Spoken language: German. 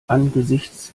angesichts